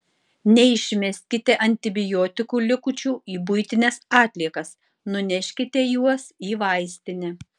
neišmeskite antibiotikų likučių į buitines atliekas nuneškite juos į vaistinę